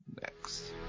next